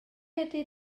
ydy